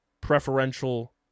preferential